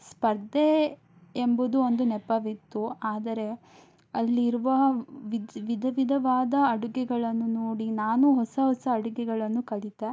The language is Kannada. ಸ್ಪರ್ಧೆ ಎಂಬುದು ಒಂದು ನೆಪವಿತ್ತು ಆದರೆ ಅಲ್ಲಿ ಇರ್ವ ವಿಧ ವಿಧ ವಿಧವಾದ ಅಡುಗೆಗಳನ್ನು ನೋಡಿ ನಾನೂ ಹೊಸ ಹೊಸ ಅಡುಗೆಗಳನ್ನು ಕಲಿತೆ